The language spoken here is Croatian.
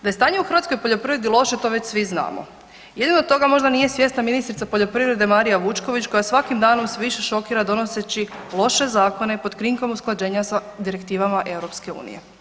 Da je stanje u hrvatskoj poljoprivredi loše, to već svi znamo, jedino toga možda nije svjesna ministrica poljoprivrede Marija Vučković koja svakim danom sve više šokira donoseći loše zakone pod krinkom usklađenja sa direktivama EU.